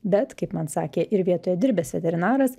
bet kaip man sakė ir vietoje dirbęs veterinaras